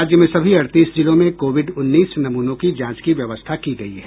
राज्य में सभी अड़तीस जिलों में कोविड उन्नीस नमूनों की जांच की व्यवस्था की गयी है